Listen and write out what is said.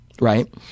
right